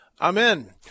Amen